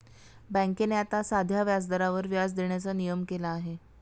बँकेने आता साध्या व्याजावर व्याज देण्याचा नियम केला आहे